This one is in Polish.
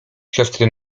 siostry